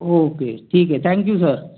okay ठीक आहे thank you sir